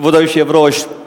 כבוד היושב-ראש,